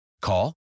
Call